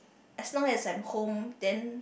as long as I'm home then